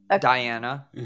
Diana